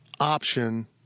Option